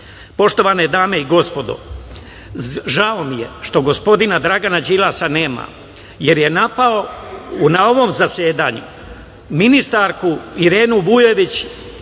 dana. Poštovane dame i gospodo, žao mi je što gospodina Dragana Đilasa nema, jer je napao na ovom zasedanju ministarsku Irenu Vujović